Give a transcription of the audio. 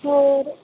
ਹੋਰ